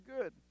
good